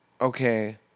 Okay